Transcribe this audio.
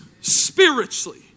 spiritually